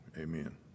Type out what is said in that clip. Amen